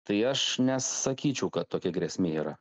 tai aš nesakyčiau kad tokia grėsmė yra